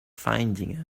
finding